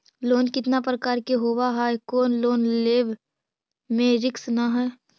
Loan कितना प्रकार के होबा है कोन लोन लेब में रिस्क न है?